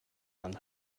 and